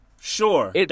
sure